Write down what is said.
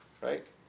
Right